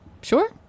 sure